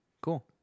Cool